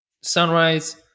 sunrise